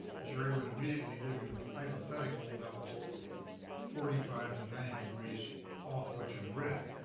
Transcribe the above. jerry would immediately give you a hypothetical that was forty five to ninety degrees off what you'd read.